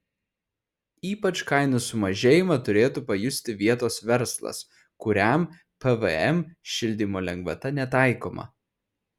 ypač kainų sumažėjimą turėtų pajusti vietos verslas kuriam pvm šildymo lengvata netaikoma